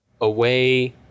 Away